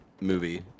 movie